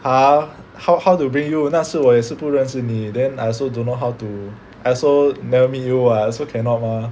!huh! how how to bring you 那时我也是不认识你 then I also don't know how to I also never meet you [what] so cannot lor